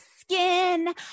skin